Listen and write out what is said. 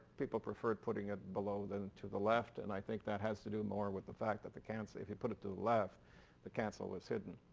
people preferred putting it below then to the left. and i think that has to do more with the fact that the cancel, if he put it to the left the cancel was hidden.